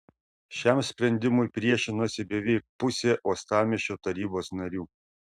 šiam sprendimui priešinosi beveik pusė uostamiesčio tarybos narių